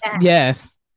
Yes